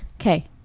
okay